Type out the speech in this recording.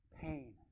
pain